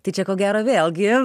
tai čia ko gero vėlgi